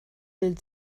will